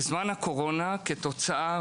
בזמן הקורונה כתוצאה